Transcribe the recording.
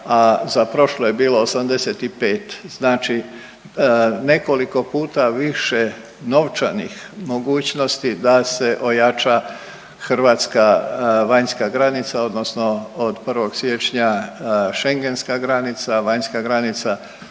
a za prošlo je bilo 85. Znači nekoliko puta više novčanih mogućnosti da se ojača hrvatska vanjska granica odnosno od 1. siječnja Schengenska granica, vanjska granica